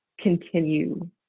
continue